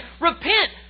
Repent